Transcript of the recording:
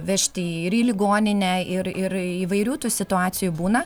vežti ir į ligoninę ir ir įvairių tų situacijų būna